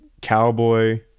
cowboy